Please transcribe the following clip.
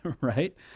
right